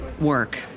work